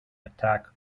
attack